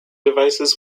devices